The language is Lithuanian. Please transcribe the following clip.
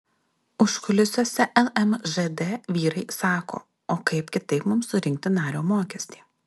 užkulisiuose lmžd vyrai sako o kaip kitaip mums surinkti nario mokestį